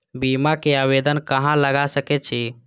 बीमा के आवेदन कहाँ लगा सके छी?